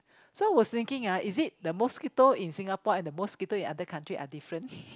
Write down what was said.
so I was thinking ah is it the mosquito in Singapore and the mosquito in other country are different